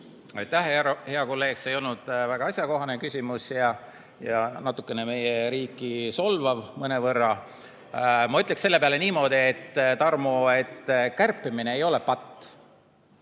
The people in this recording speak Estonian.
Aitäh, hea kolleeg! See ei olnud väga asjakohane küsimus ja oli natukene meie riiki solvav. Ma ütleks selle peale niimoodi, Tarmo, et kärpimine ei ole patt.